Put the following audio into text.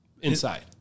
Inside